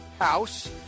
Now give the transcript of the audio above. House